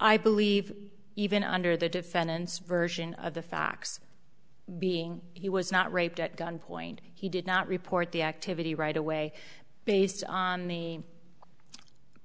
i believe even under the defendant's version of the facts being he was not raped at gunpoint he did not report the activity right away based on the